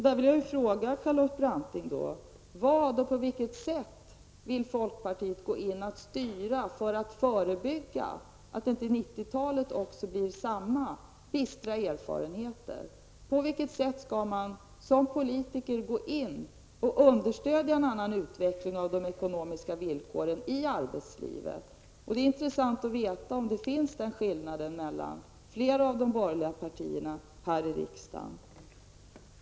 Där vill jag fråga Charlotte Branting: Vad, och på vilket sätt, vill folkpartiet gå in och styra för att förebygga att inte också 90-talet ger samma bistra erfarenheter? På vilket sätt skall man som politiker gå in och understödja en annan utveckling av de ekonomiska villkoren i arbetslivet? Det vore intressant att veta om den skillnaden finns mellan fler av de borgerliga partierna här i riksdagen.